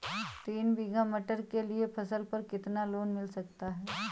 तीन बीघा मटर के लिए फसल पर कितना लोन मिल सकता है?